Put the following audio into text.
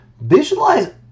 Visualize